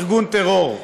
ארגון טרור,